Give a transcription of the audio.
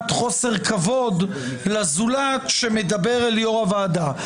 חוסר כבוד לזולת שמדבר אל יו"ר הוועדה.